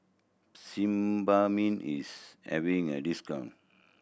sebamed is having a discount